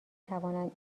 میتوانند